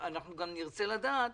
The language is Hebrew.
אנחנו גם נרצה לדעת